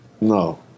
No